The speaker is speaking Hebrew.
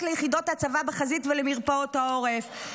ליחידות הצבא בחזית ולמרפאות העורף.